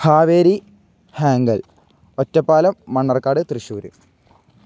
Kaveri Hangal Ottapalam Mannarkkad Thrissur